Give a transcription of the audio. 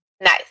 Nice